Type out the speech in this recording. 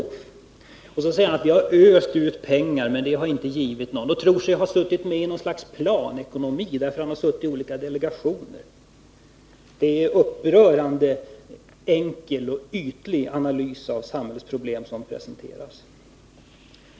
Arbetsmarknadsministern säger att regeringen har öst ut pengar men att det inte har givit någonting. Han tror sig ha suttit med i något slags planekonomi därför att han suttit i olika delegationer. Det är en upprörande enkel och ytlig analys av samhällsproblemen som presenteras.